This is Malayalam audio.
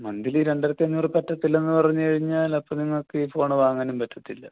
മന്ത്ലി രണ്ടായിരത്തി അഞ്ഞൂറ് പറ്റത്തില്ലെന്ന് പറഞ്ഞു കഴിഞ്ഞാൽ അപ്പം നിങ്ങൾക്ക് ഈ ഫോണ് വാങ്ങാൻ പറ്റത്തില്ല